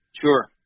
Sure